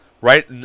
right